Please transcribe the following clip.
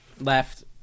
left